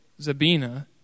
Zabina